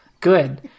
good